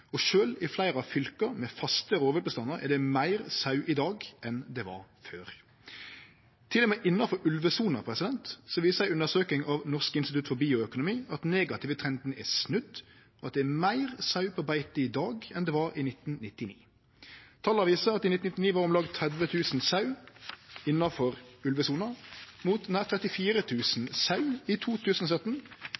det meir sau i dag enn det var før. Til og med innanfor ulvesona viser ei undersøking av Norsk institutt for bioøkonomi at den negative trenden er snudd, og at det er meir sau på beite i dag enn det var i 1999. Tala viser at i 1999 var det om lag 30 000 sauer innanfor ulvesona, mot nær